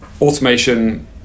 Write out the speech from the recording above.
Automation